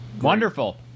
Wonderful